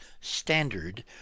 standard